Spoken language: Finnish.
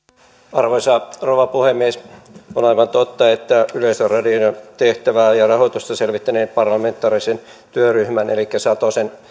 arvoisa rouva puhemies on aivan totta että yleisradion tehtävää ja rahoitusta selvittäneen parlamentaarisen työryhmän elikkä satosen